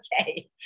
okay